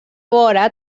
vora